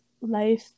life